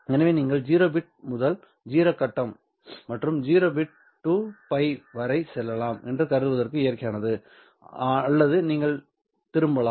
எனவே நீங்கள் 0 பிட் முதல் 0 கட்டம் மற்றும் 1 பிட் to π வரைபடம் செய்யலாம் என்று கருதுவது இயற்கையானது அல்லது நீங்கள் திரும்பலாம்